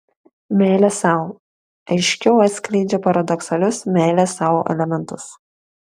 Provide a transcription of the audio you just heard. meilė sau aiškiau atskleidžia paradoksalius meilės sau elementus